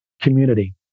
community